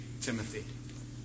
Timothy